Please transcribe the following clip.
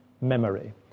memory